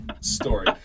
story